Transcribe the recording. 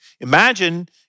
Imagine